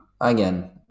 again